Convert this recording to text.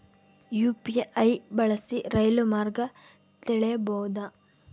UPI ಬಳಸಿ ರೈಲು ಮಾರ್ಗ ತಿಳೇಬೋದ?